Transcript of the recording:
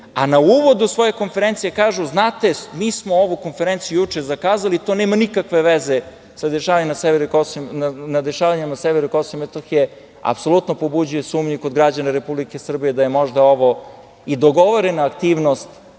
Na uvodu svoje konferencije kažu – znate, mi smo ovu konferenciju juče zakazali, to nema nikakve veze sa dešavanjima na severu Kosova i Metohije, apsolutno pobuđuje sumnju i kod građana Republike Srbije da je možda ovo i dogovorena aktivnost